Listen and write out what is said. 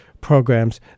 programs